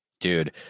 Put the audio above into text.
Dude